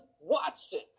Watson